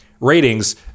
ratings